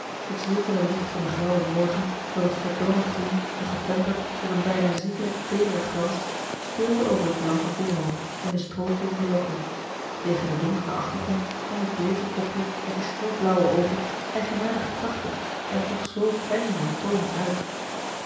het zilveren licht van den grauwen morgen door het verdorrend groen nog getemperd tot een bijna ziekelijk teederen glans speelde over het blanke voorhoofd en de strooblonde lokken tegen den donkeren achtergrond kwam het bleeke kopje met de schel blauwe oogen eigenaardig krachtig en toch zoo fijn van toon uit